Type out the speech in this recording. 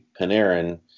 Panarin